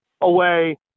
away